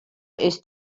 ist